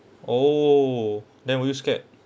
oh then were you scared